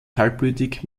kaltblütig